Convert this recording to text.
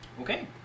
okay